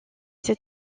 ses